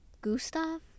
Gustav